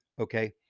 okay